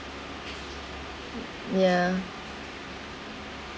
ya